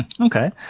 Okay